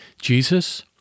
Jesus